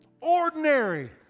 ordinary